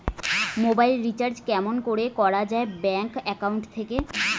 Mobile recharge কেমন করি করা যায় ব্যাংক একাউন্ট থাকি?